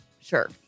Sure